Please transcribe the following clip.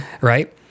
right